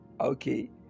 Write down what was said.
Okay